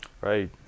Right